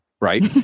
right